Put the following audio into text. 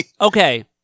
Okay